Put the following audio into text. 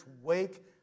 Wake